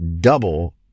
double